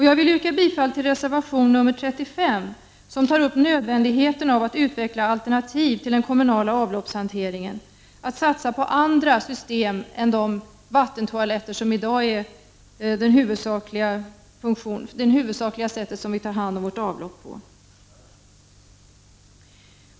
Jag vill yrka bifall till reservation nr 35, där vi tar upp nödvändigheten av att utveckla alternativ till den kommunala avloppshanteringen, nödvändigheten av att satsa på andra system än de vattentoaletter som i dag är det huvudsakliga sättet att ta hand om vårt avlopp.